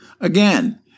Again